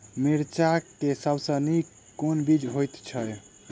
मिर्चा मे सबसँ नीक केँ बीज होइत छै?